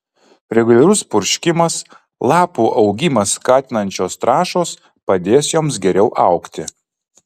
reguliarus purškimas lapų augimą skatinančios trąšos padės joms geriau augti